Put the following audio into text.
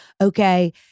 okay